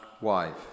wife